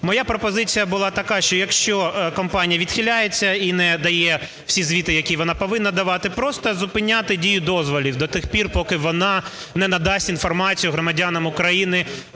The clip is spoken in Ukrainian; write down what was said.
Моя пропозиція була така, що, якщо компанія відхиляється і не дає всі звіти, які вона повинна давати, просто зупиняти дію дозволів до тих пір, поки вона не надасть інформацію громадянам України